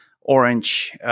orange